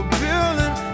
building